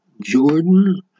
Jordan